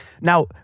now